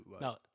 No